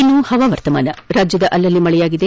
ಇನ್ನು ಹವಾವರ್ತಮಾನ ರಾಜ್ಯದ ಅಲ್ಲಲ್ಲಿ ಮಳೆಯಾಗಿದೆ